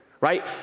right